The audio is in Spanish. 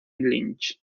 lynch